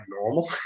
normal